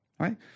right